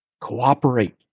cooperate